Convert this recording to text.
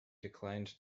declined